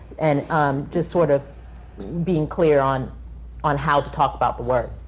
and um just sort of being clear on on how to talk about the work.